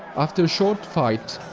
after a short fight,